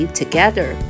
together